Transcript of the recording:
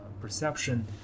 perception